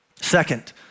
Second